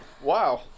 wow